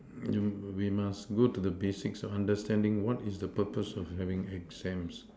you we must go to the basic understanding what is the purpose of having exams